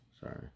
Sorry